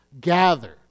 gather